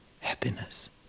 happiness